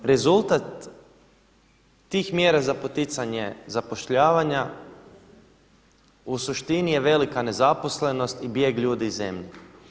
Rezultat tih mjera za poticanje zapošljavanja u suštini je velika nezaposlenost i bijeg ljudi iz zemlje.